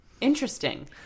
Interesting